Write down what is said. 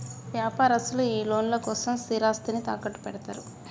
వ్యాపారస్తులు ఈ లోన్ల కోసం స్థిరాస్తిని తాకట్టుపెడ్తరు